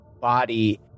body